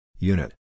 Unit